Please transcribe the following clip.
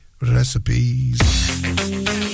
recipes